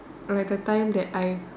where the time that I